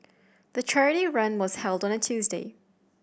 the charity run was held on a Tuesday